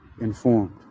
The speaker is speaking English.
informed